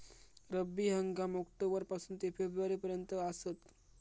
रब्बी हंगाम ऑक्टोबर पासून ते फेब्रुवारी पर्यंत आसात